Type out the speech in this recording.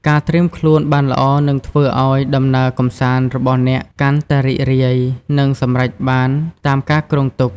ការត្រៀមខ្លួនបានល្អនឹងធ្វើឲ្យដំណើរកម្សាន្តរបស់អ្នកកាន់តែរីករាយ និងសម្រេចបានតាមការគ្រោងទុក។